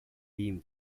beam